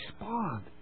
respond